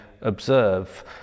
observe